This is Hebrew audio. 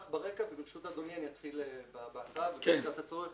ברשות אדוני אתחיל בהקראה ובמידת הצורך